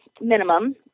minimum